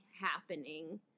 happening